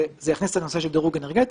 זה יכניס את הנושא של דירוג אנרגטי.